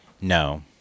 no